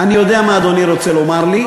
אני יודע מה אדוני רוצה לומר לי.